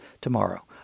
tomorrow